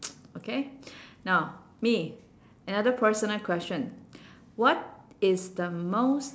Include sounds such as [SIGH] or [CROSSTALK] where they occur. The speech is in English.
[NOISE] okay now me another personal question what is the most